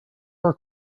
her